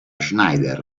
schneider